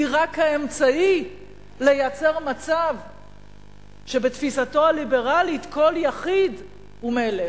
היא רק האמצעי לייצר מצב שבתפיסתו הליברלית כל יחיד הוא מלך.